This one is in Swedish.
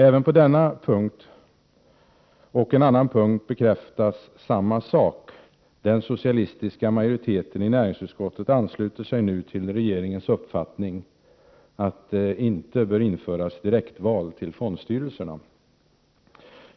Även på en annan punkt bekräftas samma sak. Den socialistiska majoriteten i näringsutskottet ansluter sig nu till regeringens uppfattning att det inte bör införas direktval till fondstyrelserna.